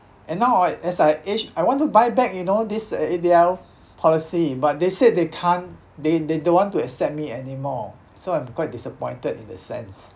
and now I as I age I want to buy back you know this A A_D_L policy but they said they can't they they don't want to accept me anymore so I'm quite disappointed in the sense